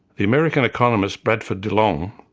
the american economist bradford delong,